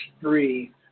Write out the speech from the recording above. three